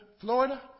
Florida